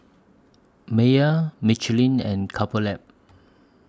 Mayer Michelin and Couple Lab